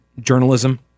Journalism